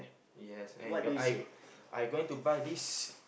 yes and I I going to buy this